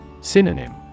Synonym